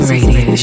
Radio